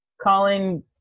Colin